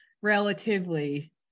relatively